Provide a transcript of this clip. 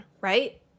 right